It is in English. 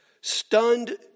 Stunned